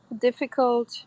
difficult